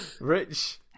Rich